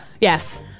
Yes